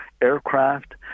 aircraft